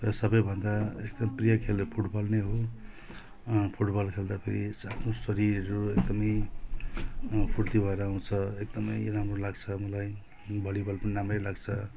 र सबैभन्दा एकदम प्रिय खेल फुटबल नै हो फुटबल खेल्दाखेरि आफ्नो शरीरहरू एकदमै फुर्ति भएर आउँछ र एकदमै राम्रो लाग्छ हामीलाई भलिबल पनि राम्रै लाग्छ